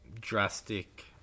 Drastic